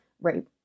right